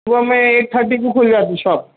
صُبح میں eight thirty کو کُھل جاتی شاپ